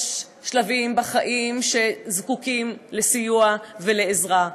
יש שלבים בחיים שבהם זקוקים לסיוע ולעזרה.